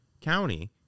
county